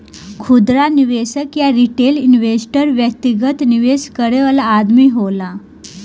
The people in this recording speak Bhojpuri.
खुदरा निवेशक या रिटेल इन्वेस्टर व्यक्तिगत निवेश करे वाला आदमी होला